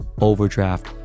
overdraft